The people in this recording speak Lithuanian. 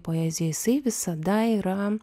poezijoj jisai visada yra